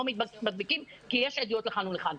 לא מדביקים כי יש עדויות לכאן ולכאן.